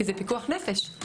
כי זה פיקוח נפש.